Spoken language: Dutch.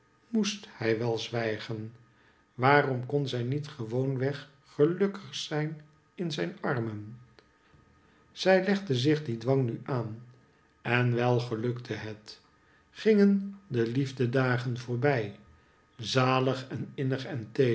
moest hij wel zwijgen waarom kon zij niet gewoonweg gelukkig zijn in zijn armen zij legde zich dien dwang nu aan en wel gelukte het gingen de liefdedagen voorbij zalig en